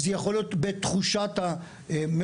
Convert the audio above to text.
זו יכולה להיות פגיעה בתחושת המעורבות,